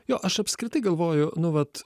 jo aš apskritai galvoju nu vat